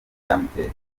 byamuteye